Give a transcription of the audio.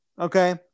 Okay